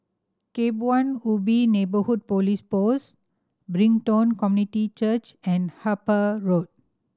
Kebun Ubi Neighbourhood Police Post Brighton Community Church and Harper Road